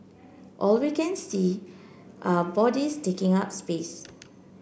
all we can see are bodies taking up space